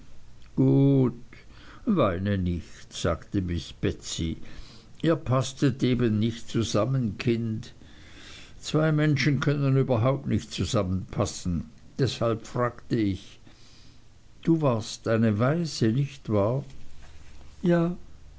gut weine nicht sagte miß betsey ihr paßtet eben nicht zusammen kind zwei menschen können überhaupt nicht zusammenpassen deshalb fragte ich du warst eine waise nicht wahr ja